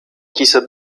dieser